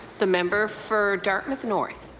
the member for dartmouth north.